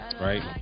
right